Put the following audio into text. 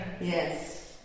Yes